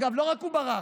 אגב, לא רק הוא ברח.